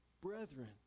brethren